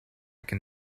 can